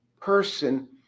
person